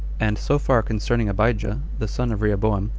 and so far concerning abijah, the son of rehoboam,